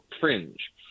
fringe—